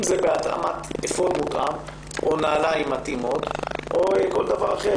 אם זה בהתאמת אפוד או נעליים מתאימות או בכל דבר אחר.